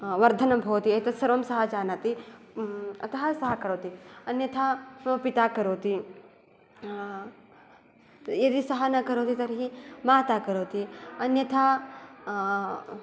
वर्धनं भवति एतत्सर्वं स जानाति अत स करोति अन्यथा मम पिता करोति यदि स न करोति तर्हि माता करोति अन्यथा